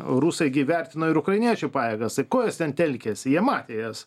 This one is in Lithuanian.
rusai gi vertino ir ukrainiečių pajėgas tai ko jos ten telkėsi jie matė jas